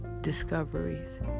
discoveries